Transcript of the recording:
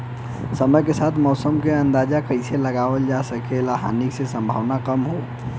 समय के साथ मौसम क अंदाजा कइसे लगावल जा सकेला जेसे हानि के सम्भावना कम हो?